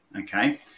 okay